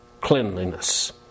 cleanliness